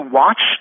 watch